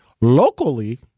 Locally